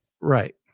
Right